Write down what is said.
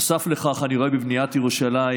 נוסף לכך, אני רואה בבניית ירושלים,